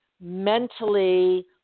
mentally